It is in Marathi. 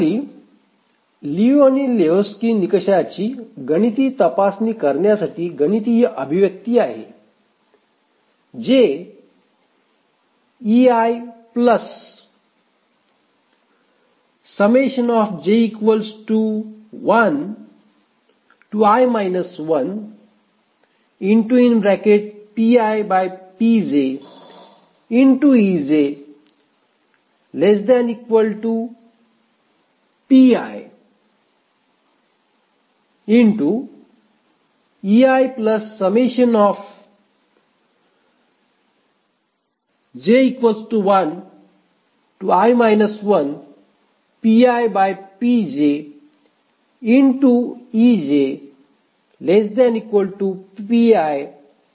खाली लियू आणि लेहोक्स्की निकषाची गणिती तपासणी करण्यासाठी गणितीय अभिव्यक्ती आहे जे या सूत्राने दिले जाते